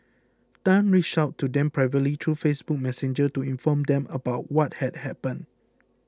tan reached out to them privately through Facebook Messenger to inform them about what had happened